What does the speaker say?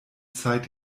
zahlt